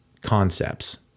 concepts